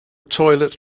toilet